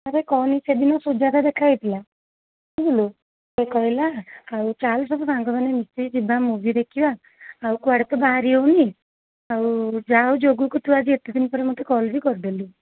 ଆରେ କହନି ସେଦିନ ସୁଜାତା ଦେଖା ହେଇଥିଲା ବୁଝିଲୁ ସେ କହିଲା ଆଉ ଚାଲ ସବୁ ସାଙ୍ଗମାନେ ମିଶିକି ଯିବା ମୁଭି ଦେଖିବା ଆଉ କୁଆଡ଼େ ତ ବାହାରି ହଉନି ଆଉ ଯାହା ହଉ ଯୋଗକୁ ତୁ ଆଜି ଏତେ ଦିନ ପରେ ମୋତେ କଲ୍ ବି କରିଦେଲୁ